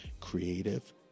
creative